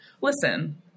Listen